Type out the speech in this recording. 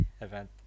event